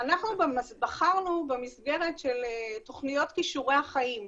אנחנו בחרנו במסגרת של תוכניות כישורי החיים,